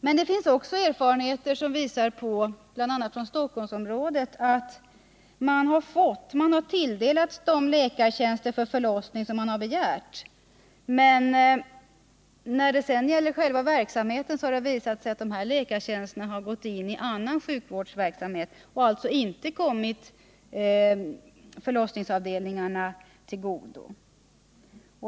Men det finns också erfarenheter, bl.a. från Stockholmsområdet, som visar att man har tilldelats de läkartjänster för förlossning som man har begärt, men sedan har dessa läkartjänster gått in i annan sjukvårdsverksamhet och alltså inte kommit förlossningsavdelningarna till godo.